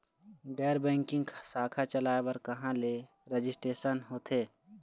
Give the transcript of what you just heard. गैर बैंकिंग शाखा चलाए बर कहां ले रजिस्ट्रेशन होथे?